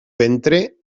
ventre